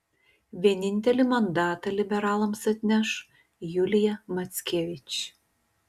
vienintelį mandatą liberalams atneš julija mackevič